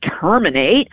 terminate